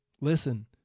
Listen